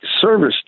service